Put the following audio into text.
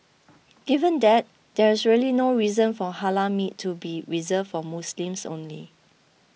given that there is really no reason for halal meat to be reserved for Muslims only